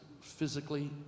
physically